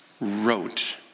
wrote